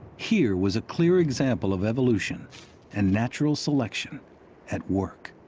here was a clear example of evolution and natural selection at work.